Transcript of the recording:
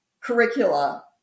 curricula